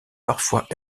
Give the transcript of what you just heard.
parfois